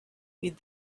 with